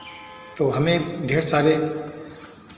तो हमें ढेर सारे